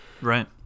right